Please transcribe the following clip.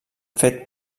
fet